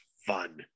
fun